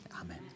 amen